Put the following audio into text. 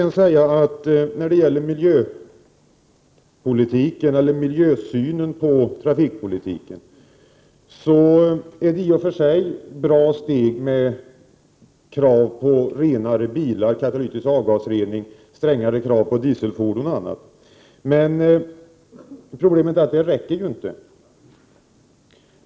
När det gäller miljösynen på trafikpolitiken är det i och för sig ett bra steg med krav på renare bilar, bl.a. katalytisk avgasrening, strängare krav på dieselfordon, osv. Problemet är att det inte räcker.